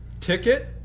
ticket